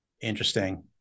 Interesting